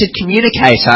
communicator